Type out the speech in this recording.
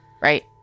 right